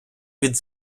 від